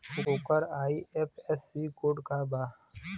ओकर IFSC code का बा?